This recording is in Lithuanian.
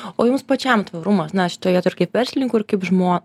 o jums pačiam tvarumas na šitoj vietoj ir kaip verslininkui ir kaip žmo